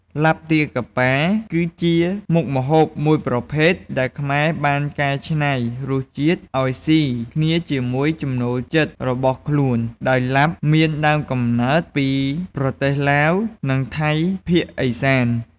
ឡាបទាកាប៉ា គឺជាមុខម្ហូបមួយប្រភេទដែលខ្មែរបានកែច្នៃរសជាតិឱ្យស៊ីគ្នាជាមួយចំណូលចិត្តរបស់ខ្លួន ដោយឡាបមានដើមកំណើតពីប្រទេសឡាវ និងថៃភាគឦសាន។